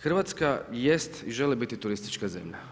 Hrvatska jest i želi biti turistička zemlja.